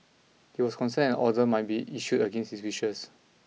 he was concerned an order might be issued against his wishes